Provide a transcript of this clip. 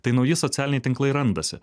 tai nauji socialiniai tinklai randasi